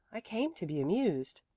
i came to be amused.